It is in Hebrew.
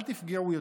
אל תפגעו יותר.